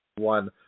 One